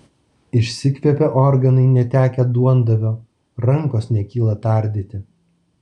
išsikvėpė organai netekę duondavio rankos nekyla tardyti